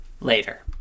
later